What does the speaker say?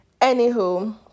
anywho